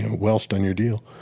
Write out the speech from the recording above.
welched on your deal.